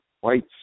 white